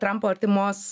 trampo artimos